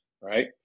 right